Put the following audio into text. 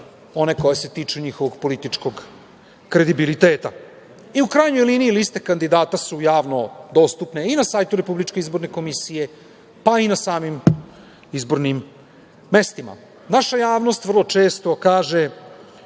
one koje se tiču njihovog političkog kredibiliteta. U krajnjoj liniji, liste kandidata su javno dostupne i na sajtu RIK, pa i na samim izbornim mestima. Naša javnost vrlo četo kaže